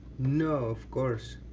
no of course